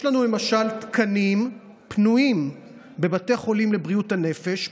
למשל תקנים פנויים בבתי חולים לבריאות הנפש,